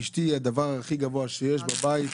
אשתי היא הדבר הכי גבוה שיש בבית,